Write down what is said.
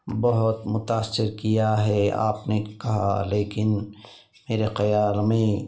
بہت متاثر کیا ہے آپ نے کہا لیکن میرے خیال میں